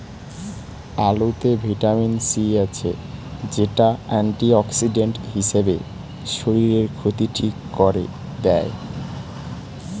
আলুতে vitamin C আছে, যেটা অ্যান্টিঅক্সিডেন্ট হিসাবে শরীরের ক্ষতি ঠিক কোরে দেয়